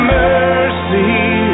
mercy